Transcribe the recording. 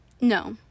No